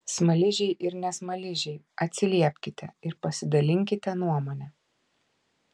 smaližiai ir ne smaližiai atsiliepkite ir pasidalinkite nuomone